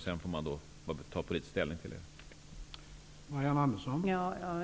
Sedan har vi att ta politisk ställning till detta.